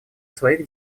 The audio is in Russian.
своих